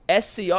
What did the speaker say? SCR